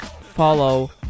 Follow